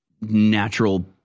natural